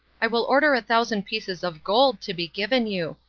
i will order a thousand pieces of gold to be given you,